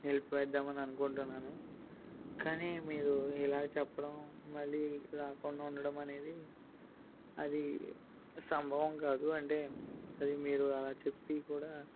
నిలిపివేద్దాం అని అనుకుంటున్నాను కానీ మీరు ఇలా చెప్పడం మళ్ళీ రాకుండా ఉండడం అనేది అది సంభవం కాదు అంటే అది మీరు అలా చెప్పి కూడా